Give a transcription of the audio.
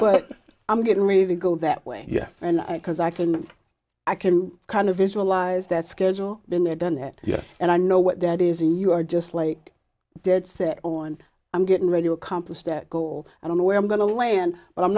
but i'm getting me to go that way yes and i because i can i can kind of visualize that schedule been there done that yes and i know what that is a you are just like dead set on i'm getting ready to accomplish that goal i don't know where i'm going to land but i'm